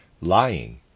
Lying